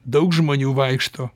daug žmonių vaikšto